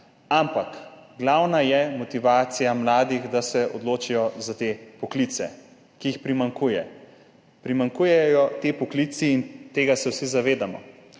ampak glavna je motivacija mladih, da se odločijo za te poklice, ki jih primanjkuje. Ti poklici primanjkujejo in tega se vsi zavedamo.